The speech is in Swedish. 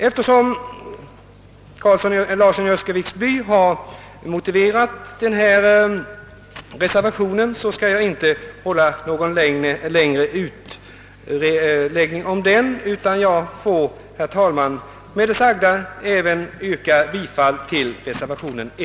Eftersom herr Larsson i Öskeviksby redan har motiverat reservationen skall jag inte hålla någon längre utläggning om den, utan ber, herr talman, med det sagda att få yrka bifall även till reservation I.